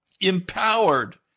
empowered